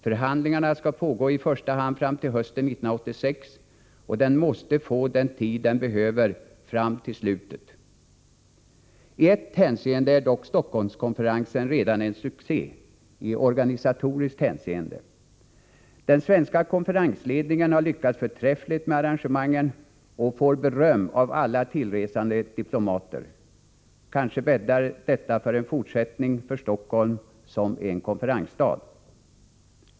Förhandlingarna skall pågå i första hand fram till hösten 1986 och konferensen måste få den tid den behöver fram till slutet. I ett hänseende är dock Stockholmskonferensen redan en succé, i organisatoriskt hänseende. Den svenska konferensledningen har lyckats förträffligt med arrangemangen och får mycket beröm av de tillresande diplomaterna. Kanske bäddar detta för en fortsättning för Stockholm som konferensstad.